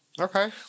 Okay